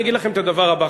אני אגיד לכם את הדבר הבא,